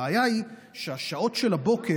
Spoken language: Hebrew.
הבעיה היא שהשעות של הבוקר